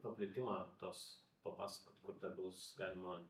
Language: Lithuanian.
paplitimą tos papasakot kur tą bus galima